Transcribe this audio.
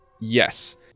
Yes